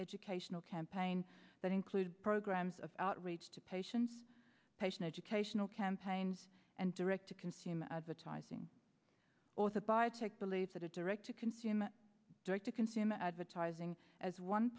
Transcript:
educational campaign that included programs of outreach to patients patients educational campaigns and direct to consumer advertising or the biotech believes that a direct to consumer directed consumer advertising as one